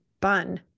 bun